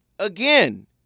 Again